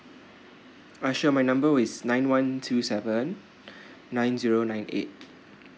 alright sure my number is nine one two seven nine zero nine eight